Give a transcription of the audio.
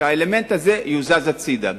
שהאלמנט הזה יוזז הצדה.